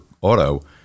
auto